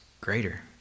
greater